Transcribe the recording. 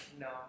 No